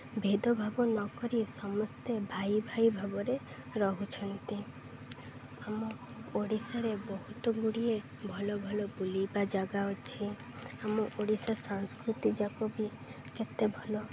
ଭେଦଭାବ ନକରି ସମସ୍ତେ ଭାଇ ଭାଇ ଭାବରେ ରହୁଛନ୍ତି ଆମ ଓଡ଼ିଶାରେ ବହୁତ ଗୁଡ଼ିଏ ଭଲ ଭଲ ବୁଲିବା ଜାଗା ଅଛି ଆମ ଓଡ଼ିଶା ସଂସ୍କୃତିଯାକ ବି କେତେ ଭଲ